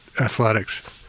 athletics